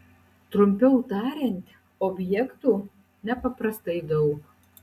trumpiau tariant objektų nepaprastai daug